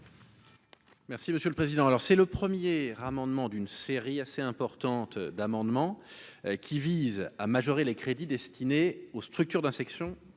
Merci Monsieur le Président, alors c'est le 1er Ramon demande une série assez importante d'amendement qui vise à majorer les crédits destinés aux structures d'section